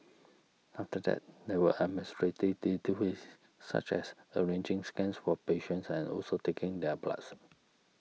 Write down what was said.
after that there were administrative duties such as arranging scans for patients and also taking their bloods